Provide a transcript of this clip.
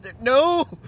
no